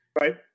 Right